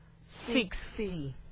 sixty